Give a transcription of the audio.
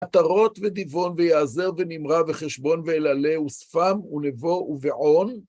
"עטרות ודיבן ויעזר ונמרה וחשבון ואלעלה ושבם ונבו ובען"